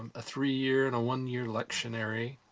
a three-year and a one-year lectionary.